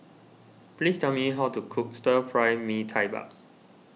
please tell me how to cook Stir Fry Mee Tai Bak